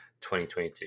2022